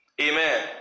Amen